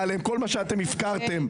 אפרת, את לא בזכות דיבור.